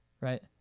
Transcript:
right